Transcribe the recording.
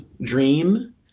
dream